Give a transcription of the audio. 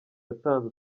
yatanze